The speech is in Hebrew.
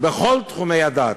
בכל תחומי הדעת.